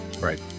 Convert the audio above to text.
Right